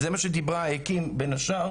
זה מה שדיברה קים בין השאר,